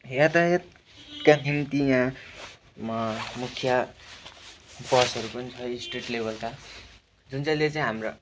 यातायातका निम्ति यहाँ मुख्य बसहरू पनि छ स्टेट लेभेलका जुन चाहिँ ले चाहिँ हाम्रो